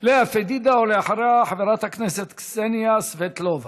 לאה פדידה, ואחריה, חברת הכנסת קסניה סבטלובה.